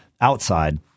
outside